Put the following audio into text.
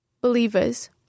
Believers